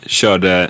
körde